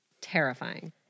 Terrifying